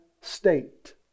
state